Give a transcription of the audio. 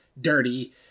dirty